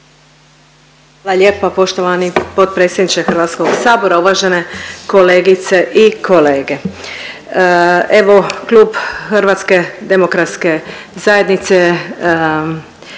Hvala lijepa poštovani potpredsjedniče Hrvatskog sabora. Uvažene kolegice i kolege, evo mi u klubu HDZ-a zapravo